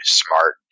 smart